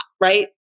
right